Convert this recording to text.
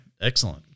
Excellent